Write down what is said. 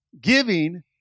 giving